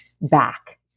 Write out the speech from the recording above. back